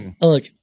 Look